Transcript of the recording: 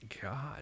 God